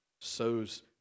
sows